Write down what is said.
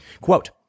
Quote